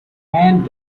hand